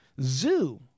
zoo